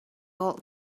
old